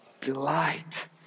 delight